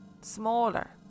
smaller